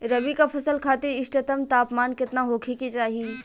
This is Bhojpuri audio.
रबी क फसल खातिर इष्टतम तापमान केतना होखे के चाही?